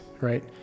right